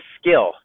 skill